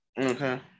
Okay